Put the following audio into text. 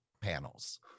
panels